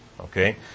Okay